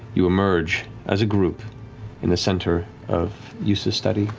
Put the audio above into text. you emerge as a group in the center of yussa's study,